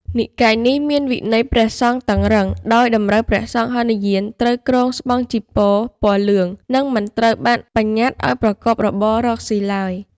និកាយនេះមានវិន័យព្រះសង្ឃតឹងរ៉ឹង ដោយតម្រូវព្រះសង្ឃហីនយានត្រូវគ្រងស្បង់ចីវរពណ៌លឿង និងមិនត្រូវបានបញ្ញត្តិឱ្យប្រកបរបររកស៊ីឡើយ។